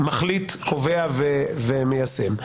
מחליט, קובע ומיישם.